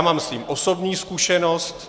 Mám s tím osobní zkušenost.